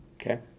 Okay